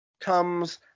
Comes